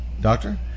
Doctor